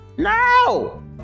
No